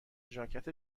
ژاکت